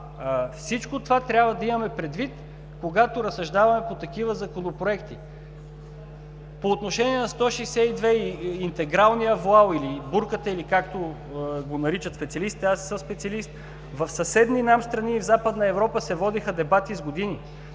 Всичко това трябва да имаме предвид, когато разсъждаваме по такива законопроекти. По отношение на чл. 162 – интегралния воал, или бурката, или както го наричат специалистите – аз не съм специалист – в съседни нам страни и в Западна Европа се водиха дебати с години.